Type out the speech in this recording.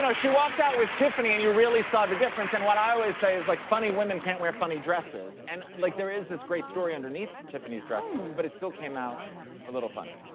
so she walks out with tiffany, and you really saw the difference. and, what i always say is like, funny women can't wear funny dresses. and, like there is this great story underneath tiffany's dress, but it still came out a little funny.